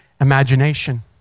imagination